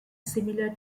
similar